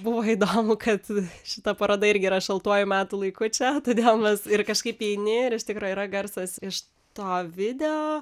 buvo įdomu kad šita paroda irgi yra šaltuoju metų laiku čia todėl mes ir kažkaip įeini ir ištikro yra garsas iš to video